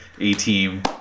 A-team